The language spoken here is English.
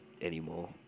anymore